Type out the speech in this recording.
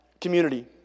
community